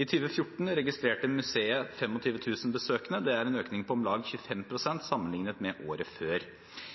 I 2014 registrerte museet 25 000 besøkende, det er en økning på om lag 25 pst. sammenliknet med året før.